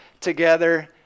together